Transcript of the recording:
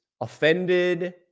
offended